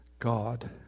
God